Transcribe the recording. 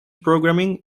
programming